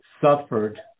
suffered